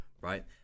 right